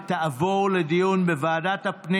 וההצעה תעבור לדיון בוועדת הפנים